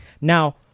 Now